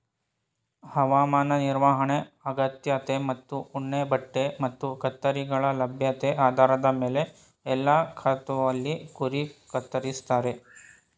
ಹವಾಮಾನ ನಿರ್ವಹಣೆ ಅಗತ್ಯತೆ ಮತ್ತು ಉಣ್ಣೆಬಟ್ಟೆ ಮತ್ತು ಕತ್ತರಿಗಳ ಲಭ್ಯತೆ ಆಧಾರದ ಮೇಲೆ ಎಲ್ಲಾ ಋತುವಲ್ಲಿ ಕುರಿ ಕತ್ತರಿಸ್ತಾರೆ